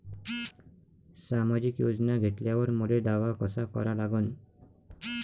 सामाजिक योजना घेतल्यावर मले दावा कसा करा लागन?